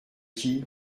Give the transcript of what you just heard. qui